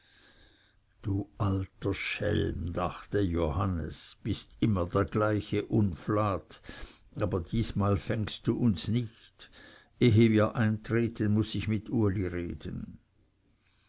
du alter schelm dachte johannes bist immer der gleiche unflat aber diesmal fängst du uns nicht ehe wir eintreten muß ich mit uli reden